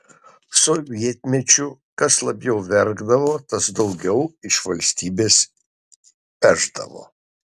sovietmečiu kas labiau verkdavo tas daugiau iš valstybės pešdavo